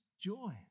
joy